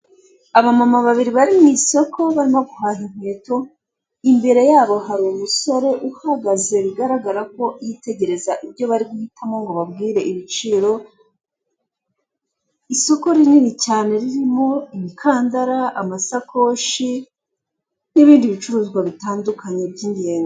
Abamama babiri bari mu isoko barimo guhaha inkweto imbere yabo hari umusore uhagaze bigaragara ko yitegereza ibyo bari guhitamo ngo ababwire ibiciro, isoko rinini cyane ririmo imikandara, amasakoshi n'ibindi bicuruzwa bitandukanye by'ingenzi.